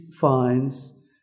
finds